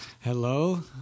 Hello